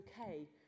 okay